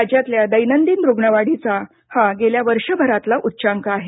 राज्यातल्या दैनंदिन रुग्णवाढीचा हा गेल्या वर्षभरातला उच्चांक आहे